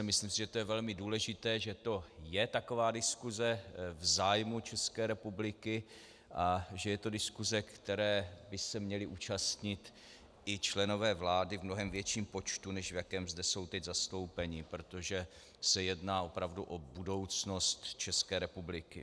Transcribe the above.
Myslím, že to je velmi důležité, že taková diskuse je v zájmu České republiky a že je to diskuse, které by se měli zúčastnit i členové vlády v mnohém větším počtu, než v jakém jsou zde teď zastoupeni, protože se jedná opravdu o budoucnost České republiky.